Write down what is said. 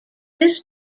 this